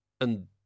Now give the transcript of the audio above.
And